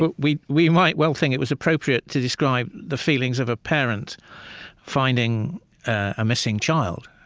but we we might well think it was appropriate to describe the feelings of a parent finding a missing child,